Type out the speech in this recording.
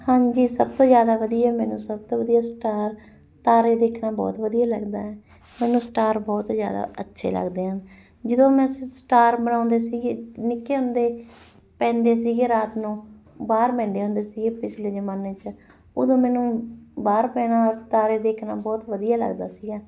ਹਾਂਜੀ ਸਭ ਤੋਂ ਜ਼ਿਆਦਾ ਵਧੀਆ ਮੈਨੂੰ ਸਭ ਤੋਂ ਵਧੀਆ ਸਟਾਰ ਤਾਰੇ ਦੇਖਣਾ ਬਹੁਤ ਵਧੀਆ ਲੱਗਦਾ ਹੈ ਮੈਨੂੰ ਸਟਾਰ ਬਹੁਤ ਜ਼ਿਆਦਾ ਅੱਛੇ ਲੱਗਦੇ ਆ ਜਦੋਂ ਮੈਂ ਸਟਾਰ ਬਣਾਉਂਦੇ ਸੀਗੇ ਨਿੱਕੇ ਹੁੰਦੇ ਪੈਂਦੇ ਸੀਗੇ ਰਾਤ ਨੂੰ ਬਾਹਰ ਪੈਂਦੇ ਹੁੰਦੇ ਸੀ ਪਿਛਲੇ ਜਮਾਨੇ 'ਚ ਉਦੋਂ ਮੈਨੂੰ ਬਾਹਰ ਪੈਣਾ ਤਾਰੇ ਦੇਖਣਾ ਬਹੁਤ ਵਧੀਆ ਲੱਗਦਾ ਸੀਗਾ